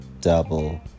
double